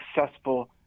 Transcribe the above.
successful